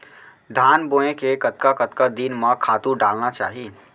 धान बोए के कतका कतका दिन म खातू डालना चाही?